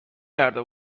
کرده